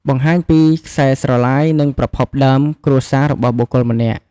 បង្ហាញពី ខ្សែស្រឡាយ និង ប្រភពដើមគ្រួសារ របស់បុគ្គលម្នាក់។